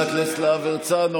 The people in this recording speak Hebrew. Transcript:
אתם